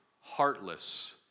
heartless